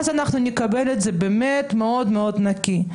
אז נקבל את זה מאוד מאוד נקי.